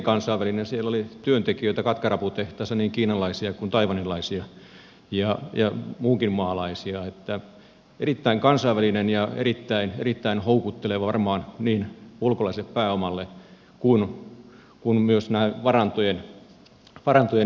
siellä oli työntekijöinä katkaraputehtaassa niin kiinalaisia kuin taiwanilaisia ja muunkin maalaisia erittäin kansainvälinen ja erittäin houkutteleva varmaan niin ulkolaiselle pääomalle kuin myös näiden varantojen etsinnälle sieltä